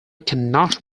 cannot